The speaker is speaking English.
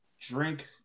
drink